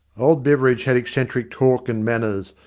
old bevcridge had eccentric talk and manners,